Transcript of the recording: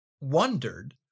wondered